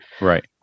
Right